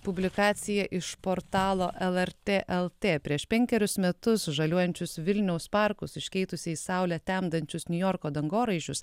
publikacija iš portalo lrt lt prieš penkerius metus žaliuojančius vilniaus parkus iškeitusi į saulę temdančius niujorko dangoraižius